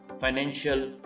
financial